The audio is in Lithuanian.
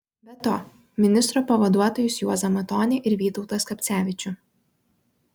be to ministro pavaduotojus juozą matonį ir vytautą skapcevičių